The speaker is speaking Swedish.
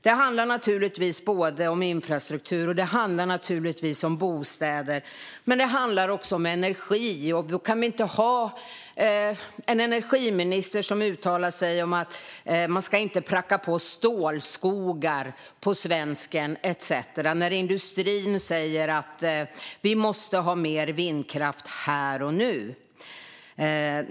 Det handlar både om infrastruktur och om bostäder men även om energi. Då kan vi inte ha en energiminister som uttalar sig om att man inte ska pracka på svensken stålskogar, inte när industrin säger att vi måste ha mer vindkraft här och nu.